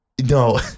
No